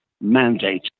mandate